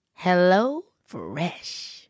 HelloFresh